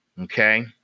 Okay